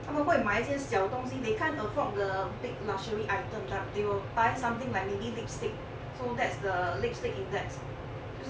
他们会买一些小东西 they can't afford the big luxury items up they will buy something like maybe lipstick so that's the lipstick index